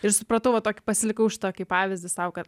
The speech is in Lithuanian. ir supratau va tokį pasilikau šitą kaip pavyzdį sau kad a